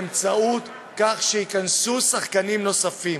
באמצעות זה שייכנסו שחקנים נוספים.